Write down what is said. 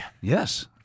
yes